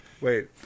Wait